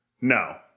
No